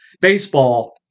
Baseball